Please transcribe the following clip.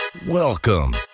Welcome